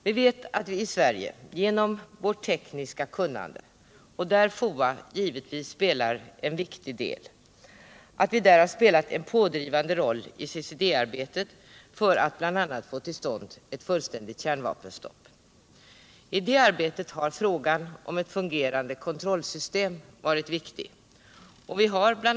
Vi vet att vi i Sverige genom vårt tekniska kunnande — här har arbetet inom FOA givetvis stor betydelse — har spelat en pådrivande roll i CCD-arbetet för att bl.a. få till stånd ett fullständigt kärnvapenstopp. I det arbetet har frågan om ett fungerande kontrollsystem varit viktig. Bl.